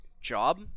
job